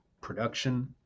production